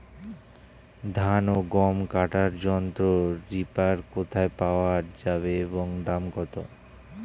ধান ও গম কাটার যন্ত্র রিপার কোথায় পাওয়া যাবে এবং দাম কত?